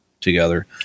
together